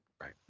right